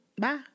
Bye